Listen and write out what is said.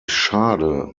schade